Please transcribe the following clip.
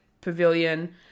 pavilion